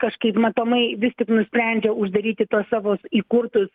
kažkaip matomai vis tik nusprendžia uždaryti tuos savo įkurtus